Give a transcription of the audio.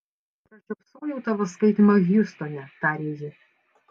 pražiopsojau tavo skaitymą hjustone tarė ji